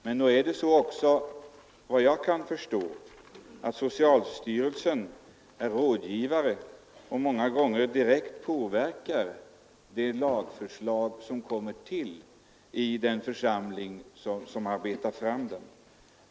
Men nog ger också socialstyrelsen råd, efter vad jag kan förstå, och den påverkar många gånger lagförslagen i den församling som arbetar fram dem.